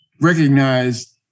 recognized